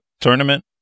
tournament